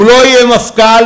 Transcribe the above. הוא לא יהיה מפכ"ל,